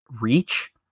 reach